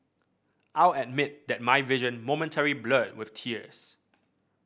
I'll admit that my vision momentarily blurred with tears